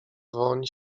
woń